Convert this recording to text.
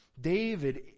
David